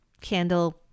candle